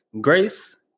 grace